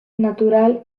natural